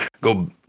go